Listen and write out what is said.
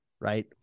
right